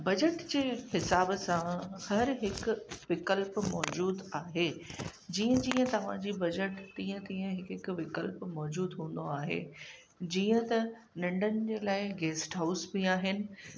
budget जे हिसाब सां हर हिक विकल्प मौजूदु आहे जीअं जीअं तव्हां जी बजट तीअं तीअं हिकु हिकु विकल्प मौजूदु हूंदो आहे जीअं त नंढनि जे लाइ गेस्ट हाउस बि आहिनि